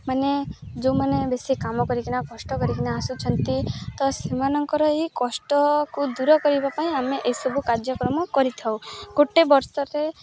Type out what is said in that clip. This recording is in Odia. ମାନେ ଯେଉଁମାନେ ବେଶୀ କାମ କରିକିନା କଷ୍ଟ କରିକିନା ଆସୁଛନ୍ତି ତ ସେମାନଙ୍କର ଏଇ କଷ୍ଟକୁ ଦୂର କରିବା ପାଇଁ ଆମେ ଏସବୁ କାର୍ଯ୍ୟକ୍ରମ କରିଥାଉ ଗୋଟେ ବର୍ଷରେ